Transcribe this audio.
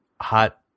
hot